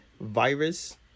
virus